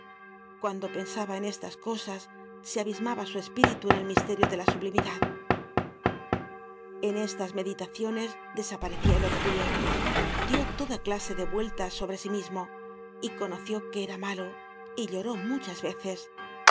cuando pensaba en estas cosas se abismaba su espíritu en el misterio de la sublimidad en estas meditaciones desaparecia el orgullo dió toda clase de vuel tas sobre sí mismo y conoció que era malo y lloró muchas veces